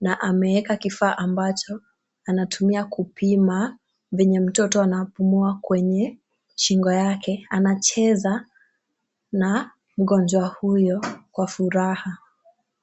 na ameeka kifaa ambacho anatumia kupima venye mtoto anapumua kwenye shingo yake. Anacheza na mgonjwa huyo kwa furaha.